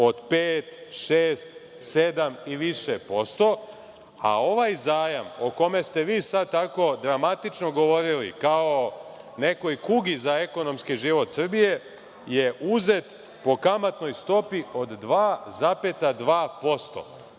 od 5, 6, 7 i više posto, a ovaj zajam o kome ste vi sad tako dramatično govorili, kao nekoj kugi za ekonomski život Srbije, je uzet po kamatnoj stopi od 2,2%.